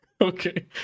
Okay